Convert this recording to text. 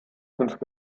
fünf